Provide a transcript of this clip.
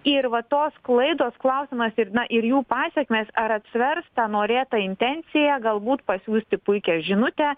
ir va tos klaidos klausimas ir na ir jų pasekmės ar atsvers tą norėtai intencija galbūt pasiųsti puikią žinutę